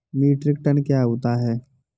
Metric ton क्या होता है?